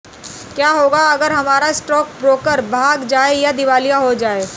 क्या होगा अगर हमारा स्टॉक ब्रोकर भाग जाए या दिवालिया हो जाये?